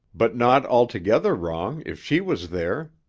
but not altogether wrong if she was there.